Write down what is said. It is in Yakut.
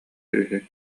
үһү